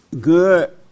good